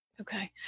Okay